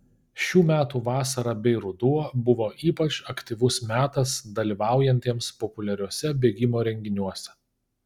šių metų vasara bei ruduo buvo ypač aktyvus metas dalyvaujantiems populiariuose bėgimo renginiuose